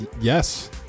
Yes